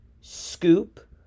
Scoop